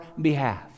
behalf